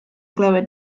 glywed